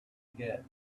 get